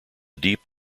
deep